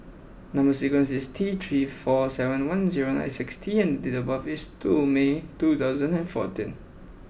number sequence is T three four seven one zero nine six T and date of birth is two May two thousand and fourteen